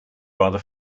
rather